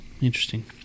interesting